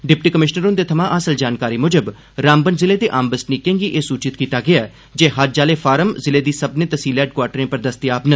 deputy commissioner हुन्दे थमां हासल जानकारी मुजब रामबन जिले दे आम बसनीकें गी एह् सूचित कीता गेआ ऐ जे हज आले फार्म जिले दे सब्बनें तैहसील हैडक्वार्टरें पर दस्तयाब न